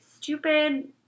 stupid